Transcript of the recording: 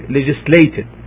legislated